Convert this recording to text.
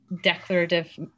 declarative